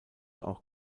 auch